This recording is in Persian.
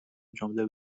جمله